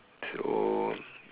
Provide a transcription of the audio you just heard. so